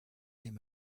him